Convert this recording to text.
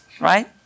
right